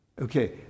okay